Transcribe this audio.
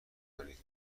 کنید